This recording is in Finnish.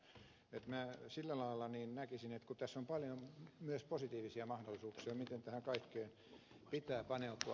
minä näkisin sillä lailla että tässä on paljon myös positiivisia mahdollisuuksia miten tähän kaikkeen pitää paneutua